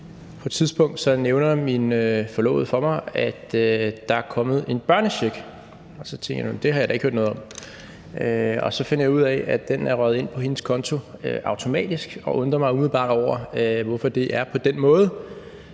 på et tidspunkt nævner min forlovede for mig, at der er kommet en børnecheck, og så tænkte jeg, at det har jeg da ikke hørt noget om, og så finder jeg ud af, at den er røget ind på hendes konto automatisk, og undrer mig umiddelbart over, hvorfor det er på den måde.